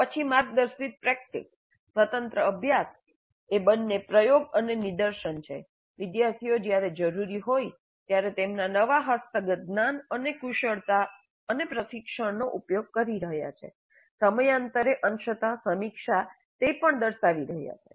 પછી માર્ગદર્શિત પ્રેક્ટિસ સ્વતંત્ર અભ્યાસ એ બંને પ્રયોગ અને નિદર્શન છે વિદ્યાર્થીઓ જ્યારે જરૂરી હોય ત્યારે તેમના નવા હસ્તગત જ્ઞાન અને કુશળતા અને પ્રશિક્ષણ નો ઉપયોગ કરી રહ્યા છે સમયાંતરે અંશત સમીક્ષા તે પણ દર્શાવી રહ્યું છે